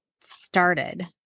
started